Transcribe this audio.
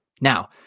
Now